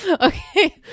Okay